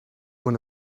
when